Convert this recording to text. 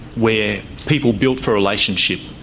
where people built for relationship,